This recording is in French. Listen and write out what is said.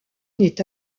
n’est